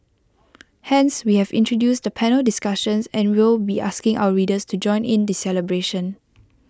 hence we have introduced the panel discussions and will be asking our readers to join in the celebration